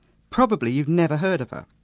probably you've never heard of her.